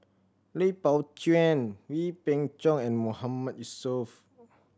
Lui Pao Chuen Wee Beng Chong and Mahmood Yusof